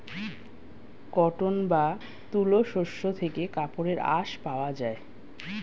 cotton বা তুলো শস্য থেকে কাপড়ের আঁশ পাওয়া যায়